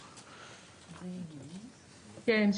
כן,